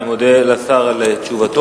אני מודה לשר על תשובתו.